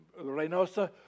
Reynosa